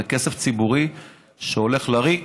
זה כסף ציבורי שהולך לריק.